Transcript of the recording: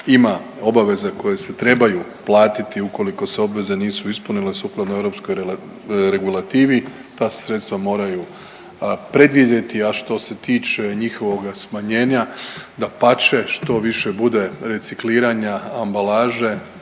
ima obaveza koje se trebaju platiti ukoliko se obveze nisu ispunile sukladno europskoj regulativi, ta se sredstva moraju predvidjeti. A što se tiče njihovoga smanjenja dapače što više bude recikliranja ambalaže